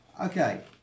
Okay